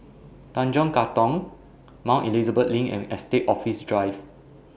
Tanjong Katong Mount Elizabeth LINK and Estate Office Drive